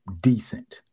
decent